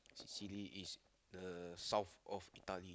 Cecile is the south of Italy